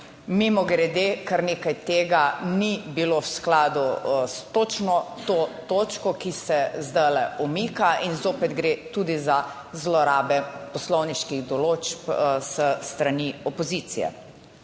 Mimogrede kar nekaj tega ni bilo v skladu s točno to točko, ki se zdaj umika in zopet gre tudi za zlorabe poslovniških določb s strani opozicije.